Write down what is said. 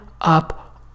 up